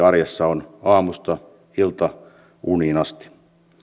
arjessa on aamusta iltauniin asti